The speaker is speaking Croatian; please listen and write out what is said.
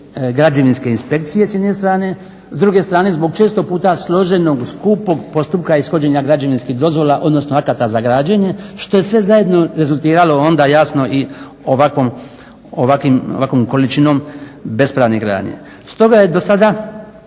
građevinske inspekcije s jedne strane, s druge strane zbog često puta složenog, skupog postupka ishođenja građevinskih dozvola, odnosno akata za građenje što je sve zajedno rezultiralo onda jasno i ovakvom količinom bespravne gradnje. Stoga je do sada